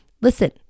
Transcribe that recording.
listen